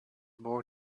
born